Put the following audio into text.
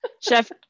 Chef